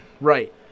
right